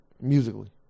Musically